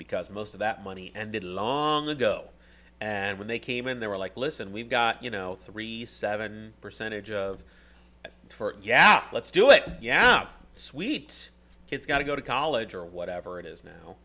because most of that money ended long ago and when they came in they were like listen we've got you know three seven percentage of for it yeah let's do it yeah sweet kids got to go to college or whatever it is now